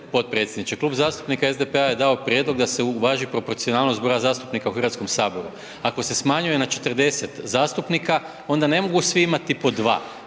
potpredsjedniče, Klub zastupnika SDP-a je dao prijedlog da se uvaži proporcionalnost broja zastupnika u HS-u, ako se smanjuje na 40 zastupnika onda ne mogu svi imati po 2,